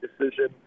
decision